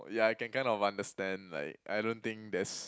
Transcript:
yeah I can kind of understand like I don't think there's